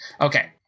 Okay